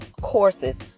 courses